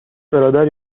برادر